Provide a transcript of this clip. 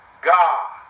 God